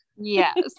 Yes